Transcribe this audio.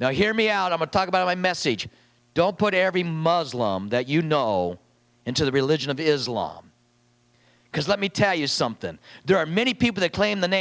now hear me out of a talk about my message don't put every muslim that you know into the religion of islam because let me tell you something there are many people that claim the name